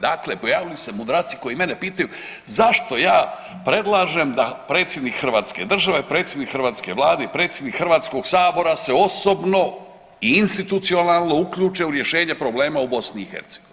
Dakle, pojavili su se mudraci koji mene pitaju zašto ja predlažem da Predsjednik Hrvatske države, predsjednik Hrvatske vlade i predsjednik Hrvatskog sabora se osobno i institucionalno uključe u rješenje problema u BIH.